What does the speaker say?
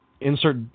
insert